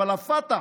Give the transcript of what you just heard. אבל הפת"ח,